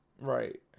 Right